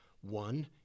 One